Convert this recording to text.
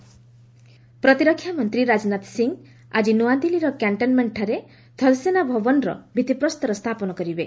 ରାଜନାଥ ସେନା ଭବନ ପ୍ରତିରକ୍ଷା ମନ୍ତ୍ରୀ ରାଜନାଥ ସିଂ ଆଜି ନୂଆଦିଲ୍ଲୀର କ୍ୟାଷ୍ଟନମେଷ୍ଟଠାରେ ଥଲସେନା ଭବନର ଭିଭିପ୍ରସ୍ତର ସ୍ଥାପନ କରିବେ